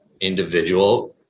individual